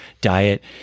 diet